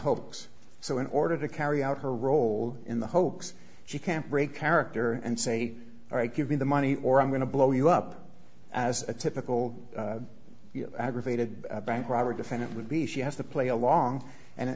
hoax so in order to carry out her role in the hoax she can't break character and say all right give me the money or i'm going to blow you up as a typical aggravated bank robbery defendant would be she has to play along and